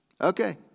Okay